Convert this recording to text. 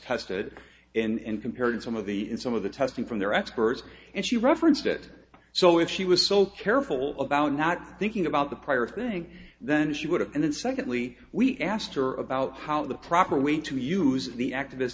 tested and compared some of the some of the testing from their experts and she referenced it so if she was so careful about not thinking about the prior thing then she would have and then secondly we asked her about how the proper way to use the activist